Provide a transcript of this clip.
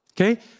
Okay